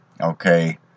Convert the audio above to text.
Okay